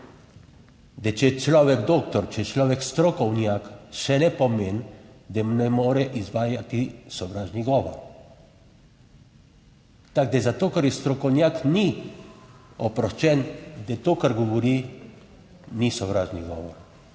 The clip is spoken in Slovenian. da če je človek doktor, če je človek strokovnjak, še ne pomeni, da ne more izvajati sovražni govor. Tako, da zato ker je strokovnjak, ni oproščen, da to, kar govori, ni sovražni govor,